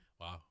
Wow